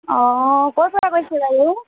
অঁ ক'ৰ পৰা কৈছে বাৰু